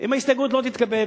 אם ההסתייגות לא תתקבל,